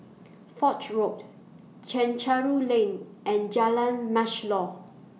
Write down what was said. Foch Road Chencharu Lane and Jalan Mashhor